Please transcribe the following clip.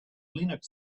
linux